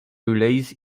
relays